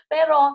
Pero